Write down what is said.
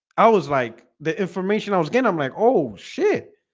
i was like the information i was getting i'm like oh shit.